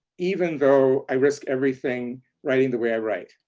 even though i risk everything writing the way i write,